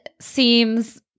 seems